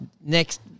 next